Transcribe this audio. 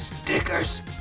Stickers